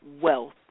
wealth